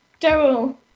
Daryl